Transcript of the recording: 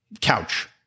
couch